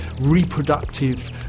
reproductive